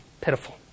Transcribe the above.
Pitiful